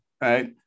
right